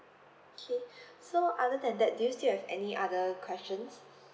okay so other than that do you still have any other questions